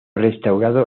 restaurado